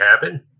happen